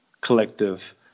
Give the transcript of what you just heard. collective